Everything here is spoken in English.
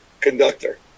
conductor